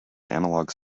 analogue